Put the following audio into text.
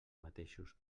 mateixos